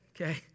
Okay